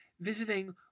visiting